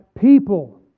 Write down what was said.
people